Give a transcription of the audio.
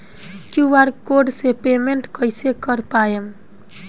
QR code से payment कईसे कर पाएम?